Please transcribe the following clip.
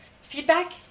feedback